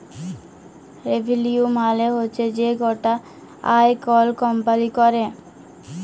revenue মালে হচ্যে যে গটা আয় কল কম্পালি ক্যরে